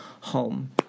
home